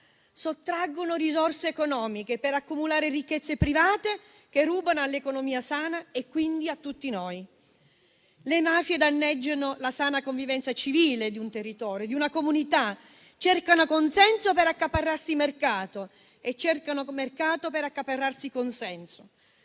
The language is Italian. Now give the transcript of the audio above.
libertà e risorse economiche, per accumulare ricchezze private che rubano all'economia sana e quindi a tutti noi. Le mafie danneggiano la sana convivenza civile di un territorio e di una comunità, cercano consenso per accaparrarsi mercato e cercano mercato per accaparrarsi consenso.